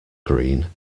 green